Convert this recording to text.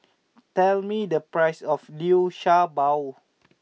tell me the price of Liu Sha Bao